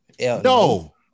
no